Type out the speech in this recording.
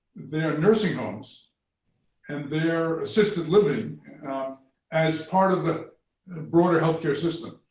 nursing homes and their assisted living as part of a broader health care system.